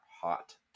hot